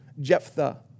Jephthah